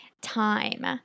time